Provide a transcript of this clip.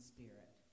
Spirit